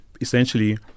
essentially